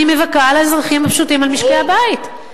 אני מבכה על האזרחים הפשוטים, על משקי-הבית ברור.